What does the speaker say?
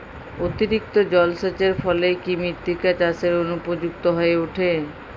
অতিরিক্ত জলসেচের ফলে কি মৃত্তিকা চাষের অনুপযুক্ত হয়ে ওঠে?